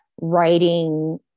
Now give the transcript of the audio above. writing